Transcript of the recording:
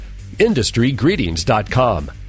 IndustryGreetings.com